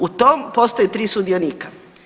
U tom postoje 3 sudionika.